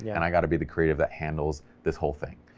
yeah and i got to be the creative that handles this whole thing.